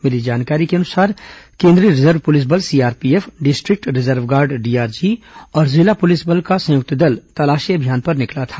मिली जानकारी के अनुसार केंद्रीय रिजर्व पुलिस बल CRPF district reserve guard DRG और जिला पुलिस बल का संयुक्त दल तलाशी अभियान पर निकला था